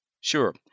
Sure